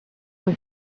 was